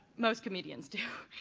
most comedians do.